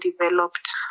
developed